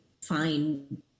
find